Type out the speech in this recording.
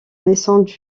naissance